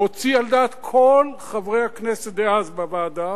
הוציא על דעת כל חברי הכנסת דאז בוועדה,